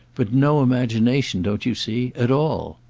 but no imagination, don't you see? at all.